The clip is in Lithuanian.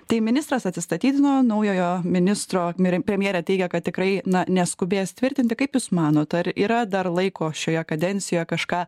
tai ministras atsistatydino naujojo ministro mir premjerė teigia kad tikrai neskubės tvirtinti kaip jūs manot ar yra dar laiko šioje kadencijoj kažką